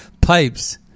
pipes